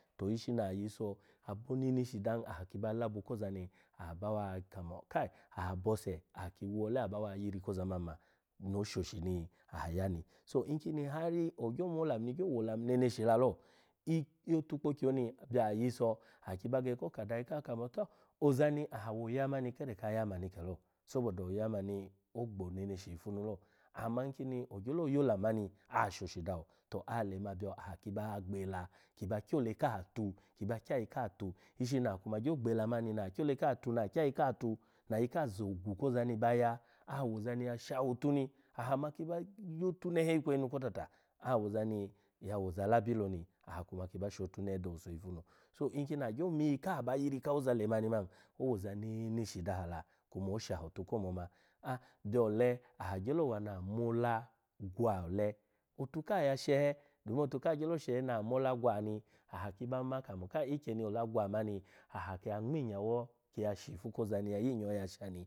To ishini aha nyiso afu neneshi da hin, aha ki ba labo koza ni aha bawa kamu kai aha bose, aki wole aba wa yiri koza man ma, no oshoshi naha ya ni so nkini hari ogyo mo olamu ni wo oneshi lalo i otukpky oni byaha yiso aki ba ge ko ka da ayi ka kamo to ozani awo ya mani kere ka ya mani kelo sobo da oya mani ogbo neneshi ipu nu lo ama nkini ogyo yo olamani ashoshi dawo to alema byo aha kiba kya ayika tu ishi na kuma gyo gbela mani na kyo ole ka tu na kya ayi katu na ayika zogwu ko za ni ba ya, awoza ni shaha otu ni aha ma ki ba yotu nehe ikweyi nu kotata, awoza ni ya wo ozala lo ni aha kuma kiba shotunehe do owuso ifunu. To nkini agyo miri ka ba yiri kaoza lemani man awoza neneshi da aha la kuma osha otu ko moma. A'h byo ole aha gyolo wa na mola ga ole, otu ka ya shehe, dumu otu ka gyo sheh na mola gwa mi aha kiba kamo ikyemi na mola gwa mani aha kiya ngmi in yawo ya sho ozani ya yi inyawo ya sha ni.